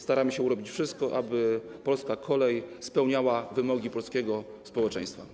Staramy się robić wszystko, aby polska kolej spełniała wymogi polskiego społeczeństwa.